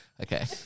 Okay